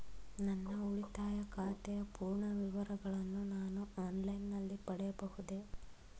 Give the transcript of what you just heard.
ನನ್ನ ಉಳಿತಾಯ ಖಾತೆಯ ಪೂರ್ಣ ವಿವರಗಳನ್ನು ನಾನು ಆನ್ಲೈನ್ ನಲ್ಲಿ ಪಡೆಯಬಹುದೇ?